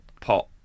pot